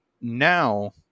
now